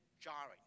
jarring